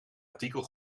artikel